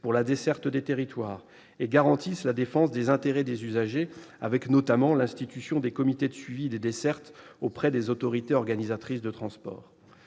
pour la desserte des territoires et garantissent la défense des intérêts des usagers, avec notamment l'institution de comités de suivi des dessertes auprès des autorités organisatrices de transport.